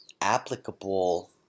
applicable